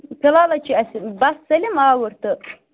فِلحال حظ چھِ اَسہِ بَس سٲلِم آوُر تہٕ